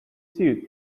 suit